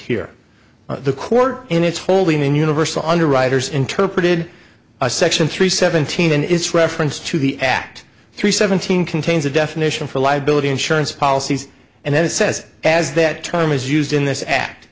here the court in its holding in universal underwriters interpreted a section three seventeen and its reference to the act three seventeen contains a definition for liability insurance policies and it says as that term is used in this act